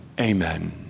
Amen